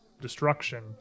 destruction